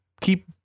keep